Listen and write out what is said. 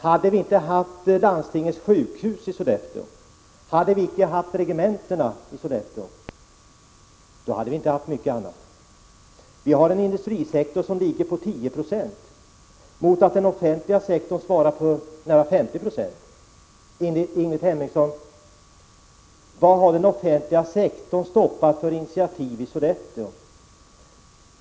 Hade vi därutöver i Sollefteå inte haft landstingets sjukhus och regementena — då hade vi inte haft mycket. Vi har en industrisektor på 10 70, mot att den offentliga sektorn svarar för nära 50 96. Vad har den offentliga sektorn stoppat för initiativ i Sollefteå?